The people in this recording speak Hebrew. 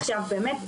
עכשיו באמת,